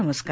नमस्कार